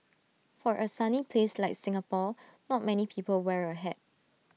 for A sunny place like Singapore not many people wear A hat